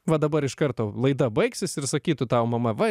va dabar iš karto laida baigsis ir sakytų tau mama va